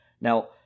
now